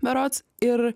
berods ir